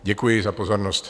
Děkuji za pozornost.